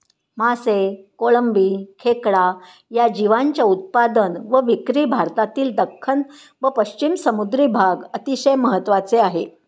मासे, कोळंबी, खेकडा या जीवांच्या उत्पादन व विक्री भारतातील दख्खन व पश्चिम समुद्री भाग अतिशय महत्त्वाचे आहे